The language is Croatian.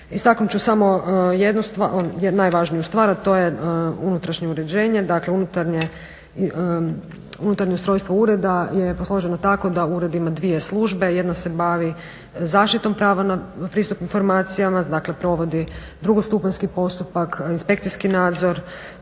Istaknut ću samo najvažniju stvar, a to je unutarnje uređenje, dakle unutarnje ustrojstvo ureda je posloženo tako da ured ima dvije službe. Jedna se bavi zaštitom prava na pristup informacijama, dakle provodi drugostupanjski postupak, inspekcijski nadzor